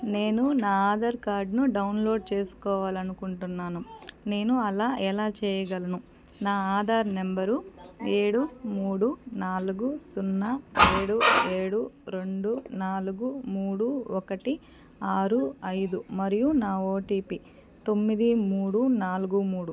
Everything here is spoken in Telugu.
నేను నా ఆధార్కార్ద్ను డౌన్లోడ్ చేసుకోవాలనుకుంటున్నాను నేను అలా ఎలా చేయగలను నా ఆధార్ నంబరు ఏడు మూడు నాలుగు సున్నా ఏడు ఏడు రెండు నాలుగు మూడు ఒకటి ఆరు ఐదు మరియు నా ఓటిపి తొమ్మిది మూడు నాలుగు మూడు